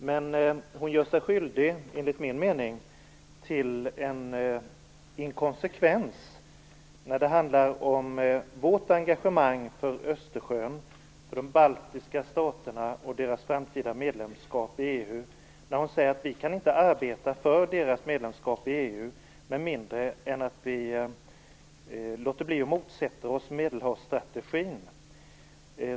Men Viola Furubjelke gör sig enligt min mening skyldig till en inkonsekvens beträffande vårt engagemang för de baltiska staterna och deras framtida medlemskap i EU, när hon säger att vi inte kan arbeta för deras medlemskap i EU med mindre än att vi låter bli att motsätta oss Medelhavsstrategin.